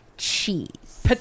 cheese